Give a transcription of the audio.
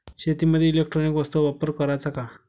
शेतीमंदी इलेक्ट्रॉनिक वस्तूचा वापर कराचा का?